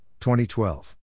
2012